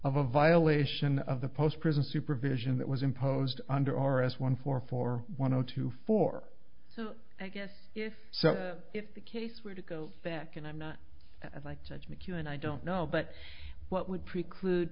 of a violation of the post prison supervision that was imposed under r s one four four one zero two four so i guess if so if the case were to go back and i'm not of like judge mchugh and i don't know but what would preclude